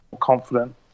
confident